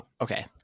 Okay